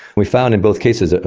we found in both cases,